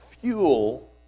fuel